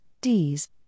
Ds